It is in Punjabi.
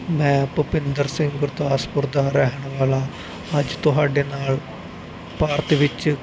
ਮੈਂ ਭੁਪਿੰਦਰ ਸਿੰਘ ਗੁਰਦਾਸਪੁਰ ਦਾ ਰਹਿਣ ਵਾਲਾ ਅੱਜ ਤੁਹਾਡੇ ਨਾਲ ਭਾਰਤ ਵਿੱਚ